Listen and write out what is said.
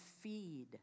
feed